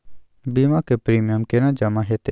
बीमा के प्रीमियम केना जमा हेते?